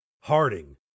harding